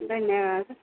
धन्यवाद